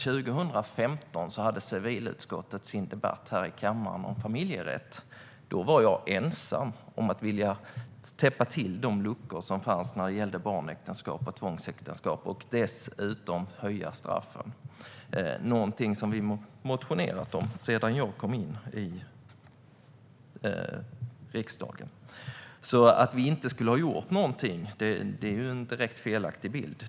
År 2015 hade civilutskottet sin debatt i kammaren om familjerätt. Då var jag ensam om att vilja täppa till de luckor som fanns när det gäller barnäktenskap och tvångsäktenskap och dessutom höja straffen. Det är något som vi har väckt motioner om sedan jag kom in i riksdagen. Så att vi inte skulle ha gjort något är en direkt felaktig bild.